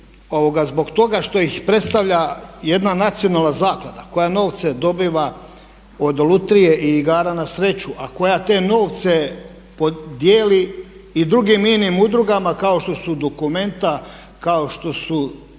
zbog toga što ih predstavlja jedna nacionalna zaklada koja novce dobiva od lutrije i igara na sreću, a koja te novce dijeli i drugim inim udrugama kao što su Documenta, kao što su